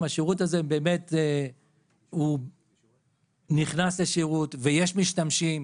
השירות הזה באמת נכנס לשירות ויש משתמשים,